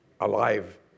alive